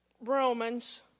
romans